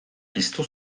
piztu